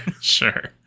sure